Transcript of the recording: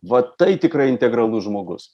va tai tikrai integralus žmogus